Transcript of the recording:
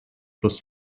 plus